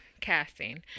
casting